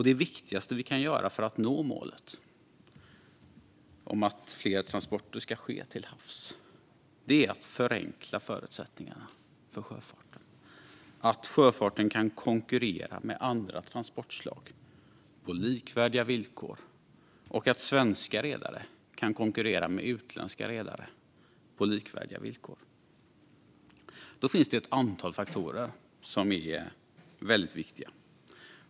Det viktigaste vi kan göra för att nå målet om att fler transporter ska ske till havs är att förenkla förutsättningarna för sjöfarten så att den kan konkurrera med andra transportslag på likvärdiga villkor och att svenska redare kan konkurrera med utländska redare på lika villkor. Då finns det ett antal faktorer som är väldigt viktiga.